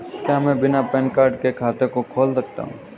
क्या मैं बिना पैन कार्ड के खाते को खोल सकता हूँ?